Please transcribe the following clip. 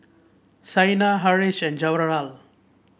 Saina Haresh and Jawaharlal